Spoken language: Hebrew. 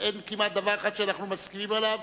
כמעט אין דבר אחד שאנחנו מסכימים עליו,